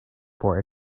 for